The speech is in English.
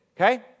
Okay